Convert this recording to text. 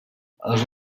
els